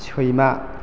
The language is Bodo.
सैमा